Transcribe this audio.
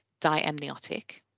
diamniotic